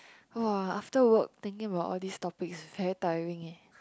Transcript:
!wah! after work thinking about all these topics is very tiring eh